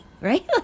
right